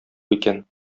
икән